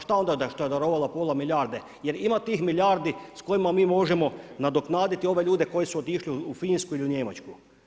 Šta onda što je darovala pola milijarde, jer ima tih milijardi s kojima mi možemo nadoknaditi ove ljude koji su otišli u Finsku ili u Njemačku.